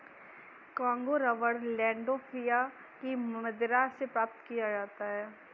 Congo rubber Landolphia की मदिरा से प्राप्त किया जाता है